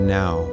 now